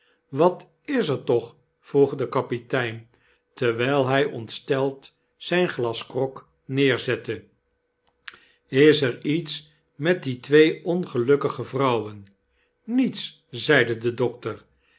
wat is er toch vroeg de kapitein terwyl hy ontsteld zyn glas grog neerzette is er iets met die twee ongelukkige vrouwen niets zeide de dokter